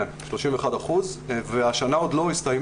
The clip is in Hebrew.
כן, והשנה עוד לא הסתיימה.